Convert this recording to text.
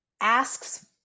asks